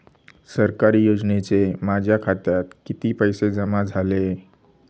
सरकारी योजनेचे माझ्या खात्यात किती पैसे जमा झाले?